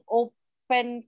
open